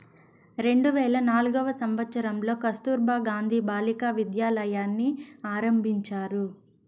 రెండు వేల నాల్గవ సంవచ్చరంలో కస్తుర్బా గాంధీ బాలికా విద్యాలయని ఆరంభించారు